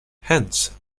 hence